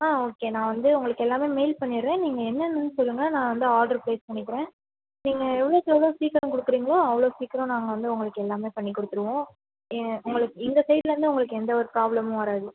ஆ okay நான் வந்து உங்களுக்கு எல்லாமே மெயில் பண்ணிடுறேன் நீங்கள் என்னென்னனு சொல்லுங்க நான் வந்து ஆடர் பிளேஸ் பண்ணிக்கிறேன் நீங்கள் எவ்வளோக்கு எவ்வளோ சீக்கிரம் கொடுக்குறிங்களோ அவ்வளோ சீக்கிரம் நாங்கள் வந்து உங்களுக்கு எல்லாமே பண்ணிக் கொடுத்துடுவோம் ஏ உங்களுக்கு எங்கள் சைட்டிலருந்து உங்களுக்கு எந்த ஒரு ப்ராப்ளமும் வராது